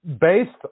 based